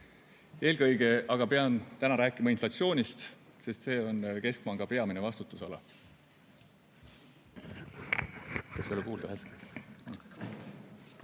Eelkõige aga pean täna rääkima inflatsioonist, sest see on keskpanga peamine vastutusala. Kas